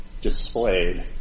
displayed